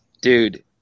Dude